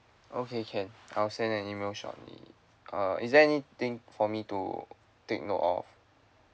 okay can I'll send an email shortly uh is there anything for me to take note of